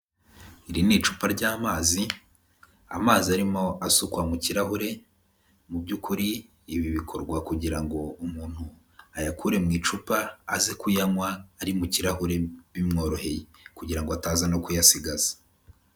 Iri ni icupa ry'amazi amazi, amazi arimo asukwa mu kirahure, mu by'ukuri ibi bikorwa kugira ngo umuntu ayakure mu icupa aze kuyanywa ari mu kirahure bimworoheye, kugira ngo ataza no kuyasigaza.